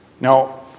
Now